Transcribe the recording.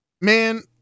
man